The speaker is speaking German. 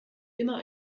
immer